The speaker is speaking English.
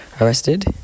arrested